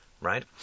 right